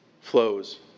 flows